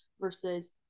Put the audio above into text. versus